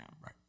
Right